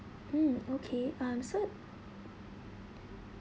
mm okay um so